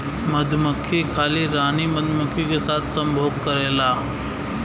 मधुमक्खी खाली रानी मधुमक्खी के साथ संभोग करेला